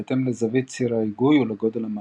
בהתאם לזווית ציר ההיגוי ולגודל המהלך.